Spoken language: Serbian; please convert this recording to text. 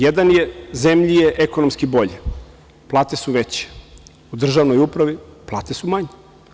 Jedan je – zemlji je ekonomski bolji, plate su veće, u državnoj upravi plate su manje.